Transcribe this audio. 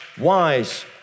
wise